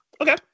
Okay